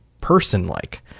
person-like